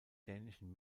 dänischen